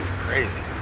Crazy